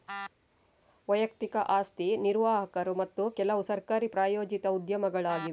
ವೈಯಕ್ತಿಕ ಆಸ್ತಿ ನಿರ್ವಾಹಕರು ಮತ್ತು ಕೆಲವುಸರ್ಕಾರಿ ಪ್ರಾಯೋಜಿತ ಉದ್ಯಮಗಳಾಗಿವೆ